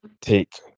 take